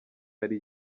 hari